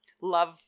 love